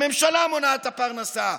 הממשלה מונעת את הפרנסה.